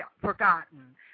forgotten